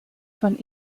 von